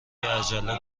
عجله